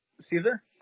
Caesar